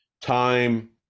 time